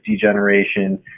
degeneration